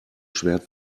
schwert